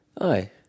Aye